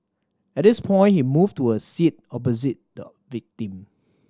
at this point he moved to a seat opposite the victim